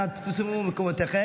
אנא תפסו מקומותיכם.